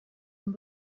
een